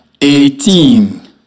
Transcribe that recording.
eighteen